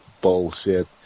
bullshit